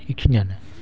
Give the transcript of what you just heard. बेखिनियानो